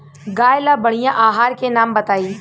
गाय ला बढ़िया आहार के नाम बताई?